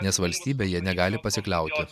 nes valstybe jie negali pasikliauti